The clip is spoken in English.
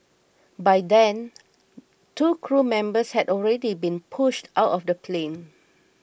by then two crew members had already been pushed out of the plane